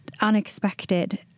unexpected